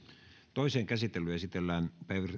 toiseen käsittelyyn esitellään